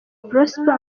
prosper